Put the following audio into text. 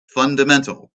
fundamental